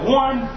one